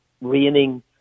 raining